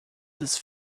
this